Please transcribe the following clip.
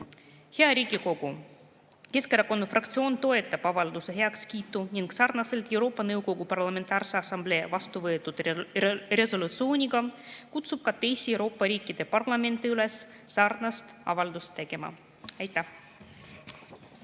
Hea Riigikogu! Keskerakonna fraktsioon toetab avalduse heakskiitu ning sarnaselt Euroopa Nõukogu Parlamentaarse Assamblee vastuvõetud resolutsiooniga kutsub ka teisi Euroopa riikide parlamente üles sarnast avaldust tegema. Aitäh!